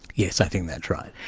yes, i think that's right.